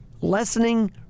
lessening